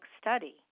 study